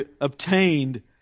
obtained